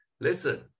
listen